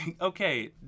Okay